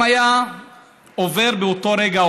אם היה עובר באותו רגע,